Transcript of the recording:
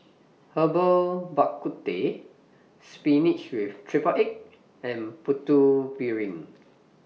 Herbal Bak Ku Teh Spinach with Triple Egg and Putu Piring